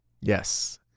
Yes